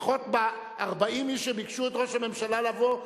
40 איש שביקשו את ראש הממשלה לבוא,